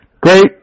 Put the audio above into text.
Great